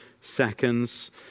seconds